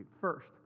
first